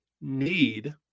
Need